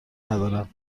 ندارن